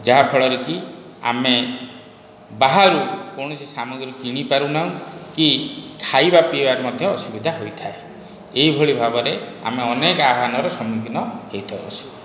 ଯାହାଫଳରେ କି ଆମେ ବାହାରୁ କୌଣସି ସାମଗ୍ରୀ କିଣିପାରୁନାହୁଁ କି ଖାଇବା ପିଇବାରେ ମଧ୍ୟ ଅସୁବିଧା ହୋଇଥାଏ ଏହିଭଳି ଭାବରେ ଆମେ ଅନେକ ଆହ୍ୱାନର ସମ୍ମୁଖୀନ ହୋଇଥାଉ